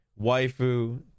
waifu